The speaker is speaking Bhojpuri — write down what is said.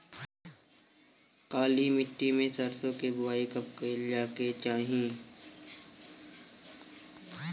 काली मिट्टी में सरसों के बुआई कब करे के चाही?